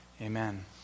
Amen